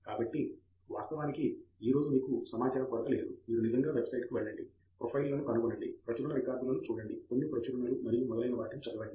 కాబట్టి వాస్తవానికి ఈ రోజు మీకు సమాచార కొరత లేదు మీరు నిజంగా వెబ్సైట్కు వెళ్ళండి ప్రొఫైల్లను కనుగొనండి ప్రచురణ రికార్డులను చూడండి కొన్ని ప్రచురణలు మరియు మొదలైన వాటిని చదవండి